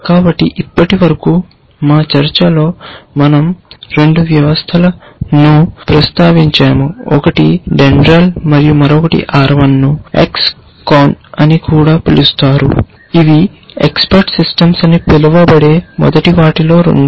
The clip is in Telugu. కాబట్టి ఇప్పటివరకు మా చర్చలలో మనం2 వ్యవస్థలను ప్రస్తావించాము ఒకటి డెండ్రాల్ మరియు మరొకటి R1 ను X CON అని కూడా పిలుస్తారు ఇవి ఎక్స్పర్ట్ సిస్టమ్స్ అని పిలువబడే మొదటి వాటిలో 2